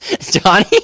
Johnny